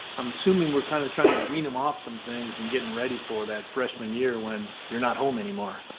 i'm assuming we're kind of trying to wean them off some things and getting ready for that freshman year when you're not home anymore.